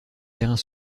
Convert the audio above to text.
terrain